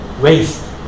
waste